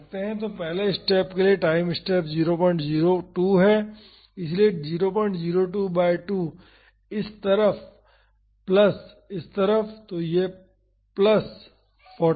तो पहले स्टेप के लिए टाइम स्टेप 002 है इसलिए 002 बाई 2 इस तरफ प्लस इस तरफ तो यह 0 प्लस 40 है